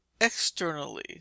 externally